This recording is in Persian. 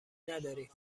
ندارین